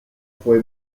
fue